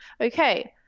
Okay